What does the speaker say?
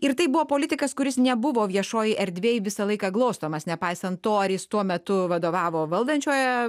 ir tai buvo politikas kuris nebuvo viešoj erdvėj visą laiką glostomas nepaisant to ar jis tuo metu vadovavo valdančioje